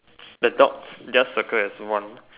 the dog just circle as one